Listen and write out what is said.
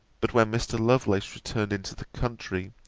but when mr. lovelace returned into the country,